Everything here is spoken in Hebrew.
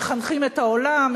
מחנכים את העולם,